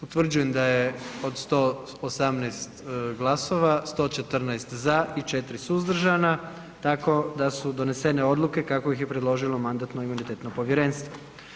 Utvrđujem da je od 118 glasova 114 za i 4 suzdržana, tako da su donesene odluke kako ih je predložilo Mandatno-imunitetno povjerenstvo.